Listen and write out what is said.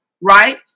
right